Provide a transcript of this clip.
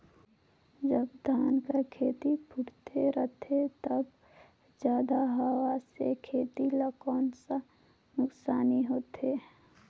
जब धान कर खेती फुटथे रहथे तब जादा हवा से खेती ला कौन नुकसान होथे?